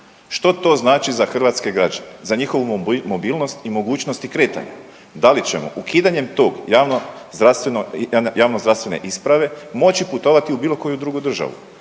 Što to znači za hrvatske građane, za njihovu mobilnost i mogućnosti kretanja, da li ćemo ukidanjem tog javnozdravstvene isprave moći putovati u bilo koju drugu državu,